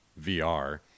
VR